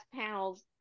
panels